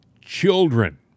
children